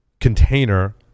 container